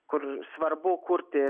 kur svarbu kurti